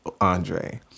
Andre